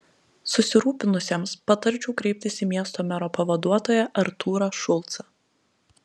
susirūpinusiesiems patarčiau kreiptis į miesto mero pavaduotoją artūrą šulcą